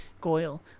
goyle